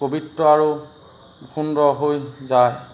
পবিত্ৰ আৰু সুন্দৰ হৈ যায়